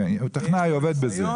כן, הוא טכנאי, עובד בזה.